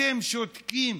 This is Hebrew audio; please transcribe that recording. אתם שותקים.